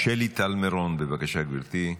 שלי טל מירון, בבקשה, גברתי.